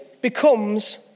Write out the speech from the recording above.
becomes